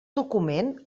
document